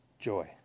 joy